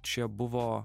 čia buvo